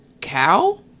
cow